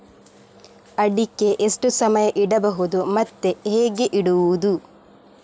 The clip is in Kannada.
ಅಡಿಕೆ ಎಷ್ಟು ಸಮಯ ಇಡಬಹುದು ಮತ್ತೆ ಹೇಗೆ ಇಡುವುದು?